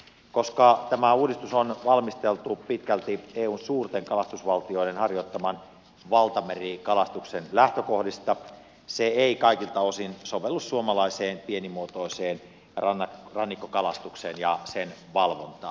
koska tämä uudistus on valmisteltu pitkälti eun suurten kalastusvaltioiden harjoittaman valtamerikalastuksen lähtökohdista se ei kaikilta osin sovellu suomalaiseen pienimuotoiseen rannikkokalastukseen ja sen valvontaan